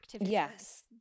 Yes